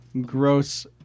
gross